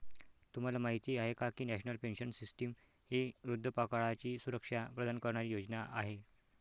तुम्हाला माहिती आहे का की नॅशनल पेन्शन सिस्टीम ही वृद्धापकाळाची सुरक्षा प्रदान करणारी योजना आहे